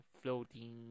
floating